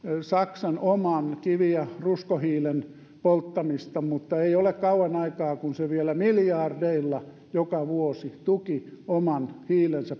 saksan oman kivi ja ruskohiilen polttamista mutta ei ole kauan aikaa kun se vielä miljardeilla joka vuosi tuki oman hiilensä